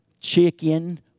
chicken